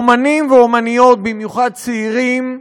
אמנים ואומניות, במיוחד צעירים,